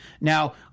Now